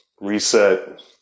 reset